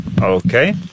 Okay